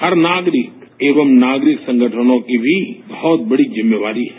हर नागरिक एवं नागरिक संगठनों की भी बहुत बड़ी जिम्मेवारी है